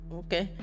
okay